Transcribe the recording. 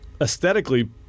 aesthetically